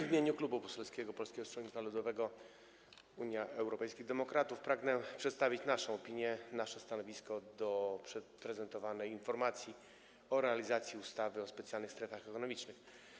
W imieniu Klubu Poselskiego Polskiego Stronnictwa Ludowego - Unii Europejskich Demokratów pragnę przedstawić nasze stanowisko wobec prezentowanej informacji o realizacji ustawy o specjalnych strefach ekonomicznych.